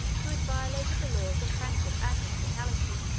who had violated the laws of friendship and hospitality.